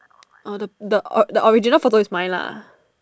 orh the the the original photo is mine lah